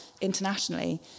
internationally